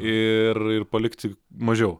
ir ir palikti mažiau